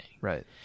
Right